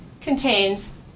contains